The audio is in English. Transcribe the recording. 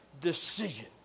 decision